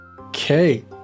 Okay